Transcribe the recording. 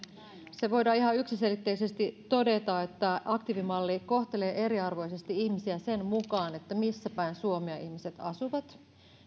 se voidaan ihan yksiselitteisesti todeta että aktiivimalli kohtelee eriarvoisesti ihmisiä sen mukaan missä päin suomea ihmiset asuvat